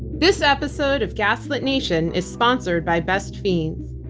this episode of gaslit nation is sponsored by best fiends.